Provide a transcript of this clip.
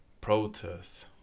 protests